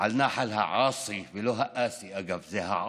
על נחל העאסי, ולא האסי, אגב, זה העאסי.